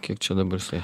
kiek čia dabar suė